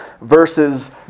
versus